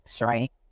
right